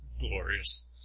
glorious